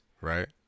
Right